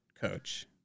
coach